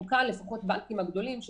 לפחות בבנקים הגדולים,